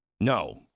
No